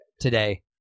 today